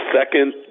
second